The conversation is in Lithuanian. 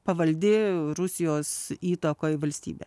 pavaldi rusijos įtakoj valstybė